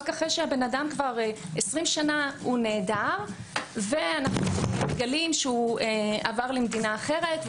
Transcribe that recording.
אחרי שהאדם 20 שנה נעדר ואנו מגלים שהוא עבר למדינה אחרת,